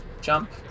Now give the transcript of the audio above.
Jump